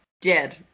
dead